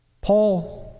Paul